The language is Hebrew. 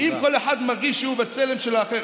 ואם כל אחד מרגיש שהוא בצלם של האחר,